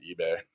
eBay